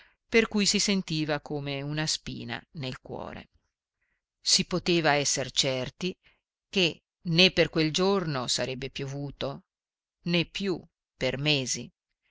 per cui si sentiva come una spina nel cuore si poteva esser certi che né per quel giorno sarebbe piovuto né più per mesi